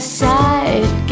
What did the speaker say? side